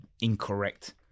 incorrect